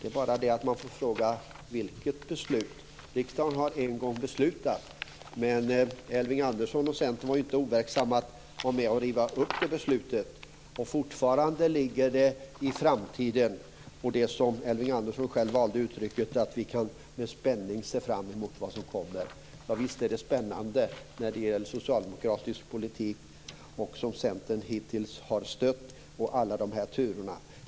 Det är bara det att man frågar sig vilket beslut det handlar om. Riksdagen har en gång fattat ett beslut, men Elving Andersson och Centern var ju inte overksam i att delta i att riva upp beslutet. Fortfarande ligger detta i framtiden. Som Elving Andersson uttryckte det kan vi med spänning se fram emot vad som kommer. Javisst är det spännande med socialdemokratisk politik, en politik som Centern hittills har stött under alla de här turerna.